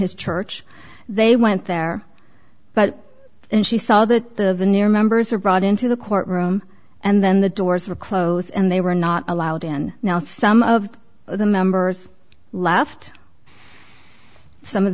his church they went there but when she saw that the new members were brought into the courtroom and then the doors were closed and they were not allowed in now some of the members left some of